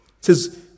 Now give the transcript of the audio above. says